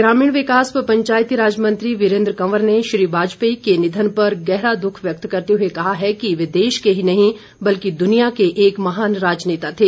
ग्रामीण विकास व पंचायती राज मंत्री वीरेन्द्र कंवर ने श्री वाजपेयी के निधन पर गहरा दुख व्यक्त करते हुए कहा है कि वे देश के ही नही बल्कि दुनिया के एक महान राजनेता थे